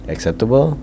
Acceptable